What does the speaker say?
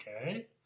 okay